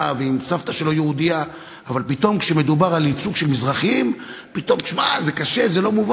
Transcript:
יש לאדוני דקה שלמה.